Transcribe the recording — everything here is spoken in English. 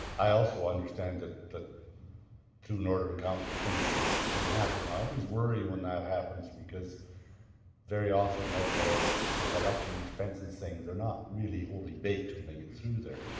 i also understand that that through northern council things can happen, i always worry when that happens because very often, like our election expense and things, they're not really wholly baked when they get through there.